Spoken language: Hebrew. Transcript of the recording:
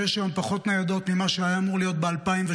יש היום פחות ניידות ממה שהיה אמור להיות ב-2002,